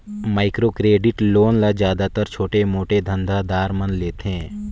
micro क्रेडिट लोन ल जादातर छोटे मोटे धंधा दार मन लेथें